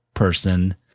person